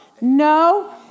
No